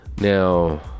Now